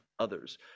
others